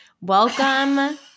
Welcome